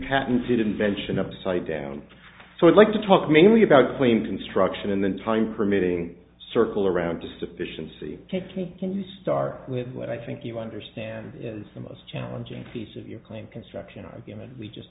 patented invention upside down so i'd like to talk mainly about queen construction and then time permitting circle around to sufficiency to take a new start with what i think you understand is the most challenging piece of your claim construction argument we just